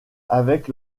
avec